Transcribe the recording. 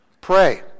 Pray